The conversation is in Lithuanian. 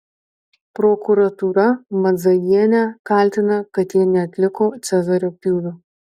prokuratūra madzajienę kaltina kad ji neatliko cezario pjūvio